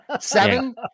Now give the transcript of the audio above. Seven